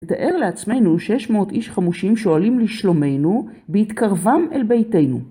תאר לעצמנו 600 איש חמושים שואלים לשלומנו, בהתקרבם אל ביתנו.